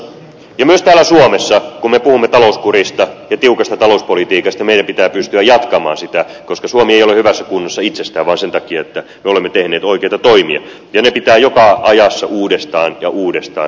myös täällä suomessa kun me puhumme talouskurista ja tiukasta talouspolitiikasta meidän pitää pystyä jatkamaan sitä koska suomi ei ole hyvässä kunnossa itsestään vaan sen takia että me olemme tehneet oikeita toimia ja ne pitää joka ajassa uudestaan ja uudestaan aina tehdä